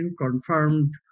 confirmed